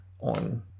on